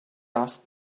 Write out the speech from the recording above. asked